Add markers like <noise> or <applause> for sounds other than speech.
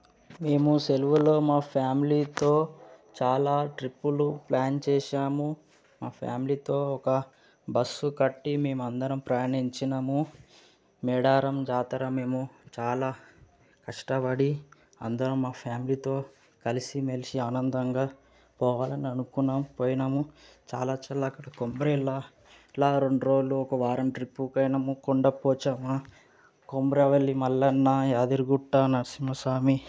మేము సెలవులో మా ఫ్యామిలీతో చాలా ట్రిప్పులు ప్ల్యాన్ చేసాము మా ఫ్యామిలీతో ఒక బస్సు కట్టి మేము అందరం ప్రయాణించినాము మేడారం జాతర మేము చాలా కష్టపడి అందరం మా ఫ్యామిలీతో కలిసి మెలిసి ఆనందంగా పోవాలని అనుకున్నాం పోయినాము చాలా చాలా అక్కడ <unintelligible> ఇలా రెండు రోజులు ఒక వారం ట్రిప్పు పైన కొండ పోచమ్మ కొమురవల్లి మల్లన్న యాదగిరిగుట్ట నరసింహస్వామి